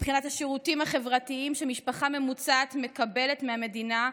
מבחינת השירותים החברתיים שמשפחה ממוצעת מקבלת מהמדינה,